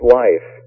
life